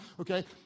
okay